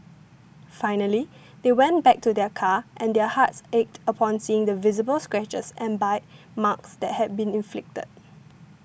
finally they went back to their car and their hearts ached upon seeing the visible scratches and bite marks that had been inflicted